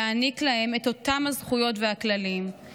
להעניק להם את אותם הזכויות והכללים,